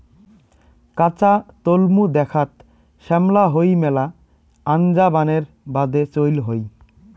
কাঁচা তলমু দ্যাখ্যাত শ্যামলা হই মেলা আনজা বানের বাদে চইল হই